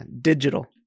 Digital